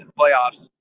playoffs